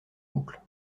boucle